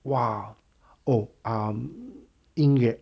!whoa! oh um 音乐